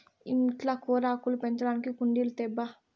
ఇంట్ల కూరాకులు పెంచడానికి కుండీలు తేబ్బా